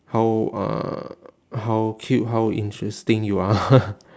how uh how cute how interesting you are